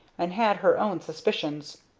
and had her own suspicions.